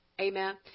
Amen